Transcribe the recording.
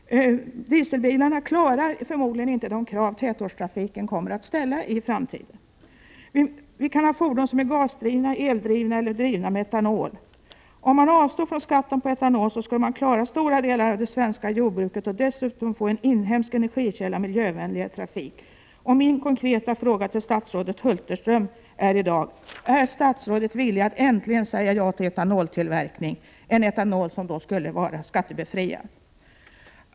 Dieseldrivna fordon klarar förmodligen inte de krav som tätortstrafiken kommer att ställa i framtiden. Vi kan ha fordon som är gaseller eldrivna eller också fordon som drivs med etanol. Om man avstod från skatt på etanol, skulle man klara stora delar av det svenska jordbruket. Dessutom skulle vi få en inhemsk energikälla och miljövänligare trafik. Min konkreta fråga i dag till statsrådet Hulterström är: Är statsrådet villig att äntligen säga ja till tillverkning av etanol — en etanol som skulle vara skattebefriad?